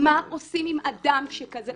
מה עושים עם אדם שכזה,